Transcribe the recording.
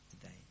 today